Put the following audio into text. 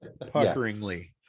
puckeringly